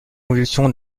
convulsions